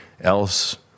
else